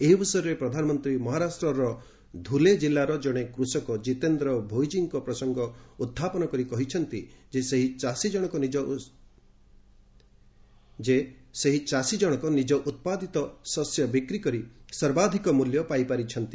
ଏହି ଅବସରରେ ପ୍ରଧାନମନ୍ତ୍ରୀ 'ମହାରାଷ୍ଟ୍ରର ଧୁଲେ' ଜିଲ୍ଲାର ଜଣେ କୃଷକ କିତେନ୍ଦ୍ର ଭୋଇକୀଙ୍କ ପ୍ରସଙ୍ଗ ଉତ୍ଥାପନ କରି କହିଛନ୍ତି ଯେ ସେହି ଚାଷୀ ଜଣକ ନିଜ ଉତ୍ପାଦିତ ଶସ୍ୟ ବିକ୍ରି କରି ସର୍ବାଧିକ ମୂଲ୍ୟ ପାଇପାରିଛନ୍ତି